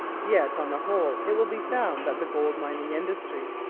yet on the whole it will be found that the gold-mining industry,